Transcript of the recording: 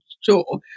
sure